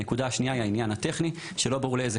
הנקודה השנייה היא העניין הטכני לא ברור לאיזה